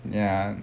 ya